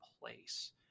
place